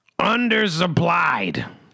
undersupplied